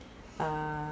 err